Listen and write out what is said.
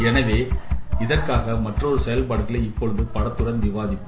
எனவே இதற்கான மற்றொரு செயல்பாடுகளை இப்பொழுது படத்துடன் விவாதிப்போம்